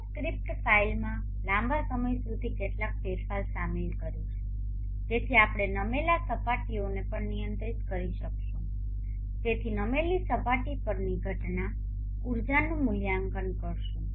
હું સ્ક્રિપ્ટ ફાઇલમાં લાંબા સમય સુધી કેટલાક ફેરફારો શામેલ કરીશ જેથી આપણે નમેલા સપાટીઓને પણ નિયંત્રિત કરી શકીશું જેથી નમેલી સપાટી પરની ઘટના ઉર્જાનું મૂલ્યાંકન કરીશું